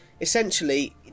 essentially